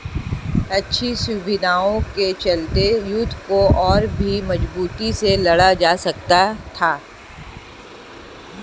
अच्छी सुविधाओं के चलते युद्ध को और भी मजबूती से लड़ा जा सकता था